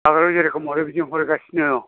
सानफ्रोमबो जेरोखोम हरो बिदिनो हरगासिनो औ